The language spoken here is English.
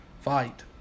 fight